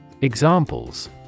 Examples